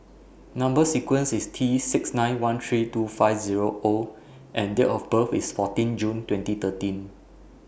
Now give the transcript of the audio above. Number sequence IS T six nine one three two five Zero O and Date of birth IS fourteen June twenty thirteen